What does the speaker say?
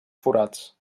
forats